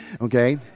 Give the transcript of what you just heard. Okay